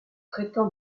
traitant